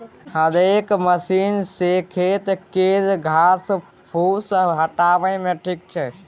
हेरेक मशीन सँ खेत केर घास फुस हटाबे मे ठीक रहै छै